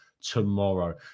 tomorrow